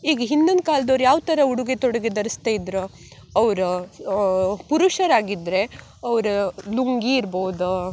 ಈಗ ಹಿಂದಿನ ಕಾಲ್ದವ್ರು ಯಾವ ಥರ ಉಡುಗೆ ತೊಡುಗೆ ಧರಿಸ್ತಾ ಇದ್ರೂ ಅವ್ರು ಪುರುಷರಾಗಿದ್ದರೆ ಅವ್ರು ಲುಂಗಿ ಇರ್ಬೋದು